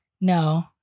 no